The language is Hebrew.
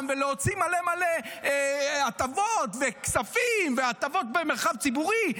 בלהוציא מלא מלא הטבות וכספים והטבות במרחב ציבורי.